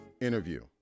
interview